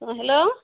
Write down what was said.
অঁ হেল্ল'